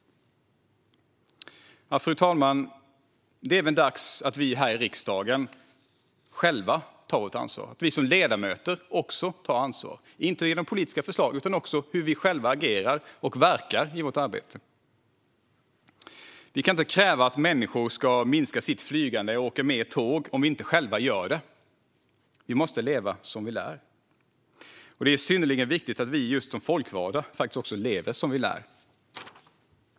Fru talman! Det är även dags att vi här i riksdagen själva tar vårt ansvar. Det handlar om att vi som ledamöter tar ansvar, inte genom politiska förslag utan genom hur vi själva agerar och verkar i vårt arbete. Vi kan inte kräva att människor ska minska sitt flygande och åka mer tåg om vi inte själva gör det. Vi måste leva som vi lär. Det är synnerligen viktigt att vi som folkvalda lever som vi lär.